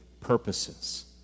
purposes